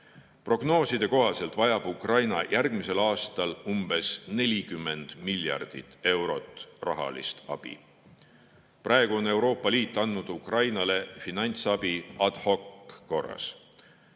protsess. Prognooside kohaselt vajab Ukraina järgmisel aastal umbes 40 miljardit eurot rahalist abi. Praegu on Euroopa Liit andnud Ukrainale finantsabiad hockorras.